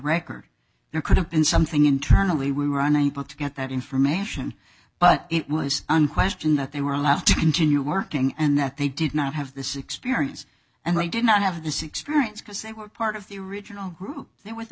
record there could have been something internally we were unable to get that information but it was unquestioned that they were allowed to continue working and that they did not have this experience and i did not have this experience because they were part of the original group they were the